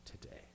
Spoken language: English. today